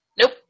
Nope